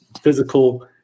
physical